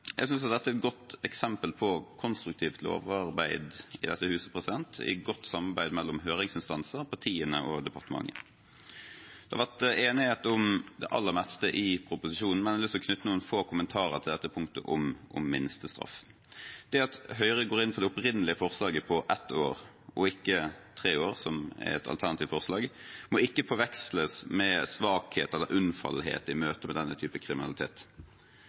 Jeg synes dette er et godt eksempel på konstruktivt lovarbeid i dette huset – godt samarbeid mellom høringsinstanser, partiene og departementet. Det har vært enighet om det aller meste i proposisjonen, men jeg har lyst til å knytte noen få kommentarer til punktet om minstestraff. Det at Høyre går inn for det opprinnelige forslaget på ett år og ikke tre år, som er et alternativt forslag, må ikke forveksles med svakhet eller unnfallenhet i møte med denne type kriminalitet.